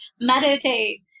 Meditate